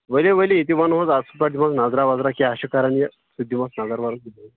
ؤلِو ؤلِو یِتہٕ ونہوس اَصٕل پأٹھۍ دمہوس نظرا وظرا کیٛاہ چھُ کران یہِ أسۍ دِمہوس نظر